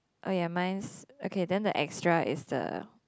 oh ya mine's okay then the extra is the